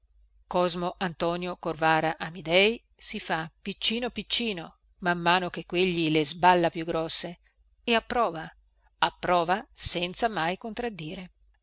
cosmo antonio corvara amidei si fa piccino piccino man mano che quegli le sballa più grosse e approva approva senza mai contraddire